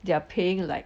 they are paying like